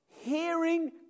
hearing